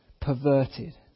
perverted